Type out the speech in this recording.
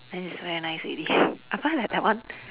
then it's very nice already I find that that one